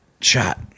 shot